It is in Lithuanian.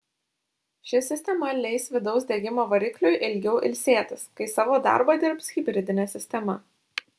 ši sistema leis vidaus degimo varikliui ilgiau ilsėtis kai savo darbą dirbs hibridinė sistema